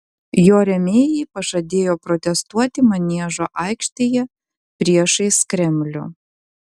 jo rėmėjai pažadėjo protestuoti maniežo aikštėje priešais kremlių